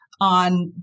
on